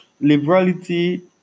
Liberality